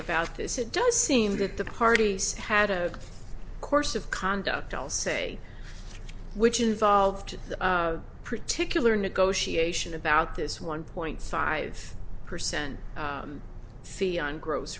about this it does seem that the parties had a course of conduct i'll say which involved the particular negotiation about this one point five percent fee on gross